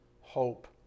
hope